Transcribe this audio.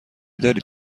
دارید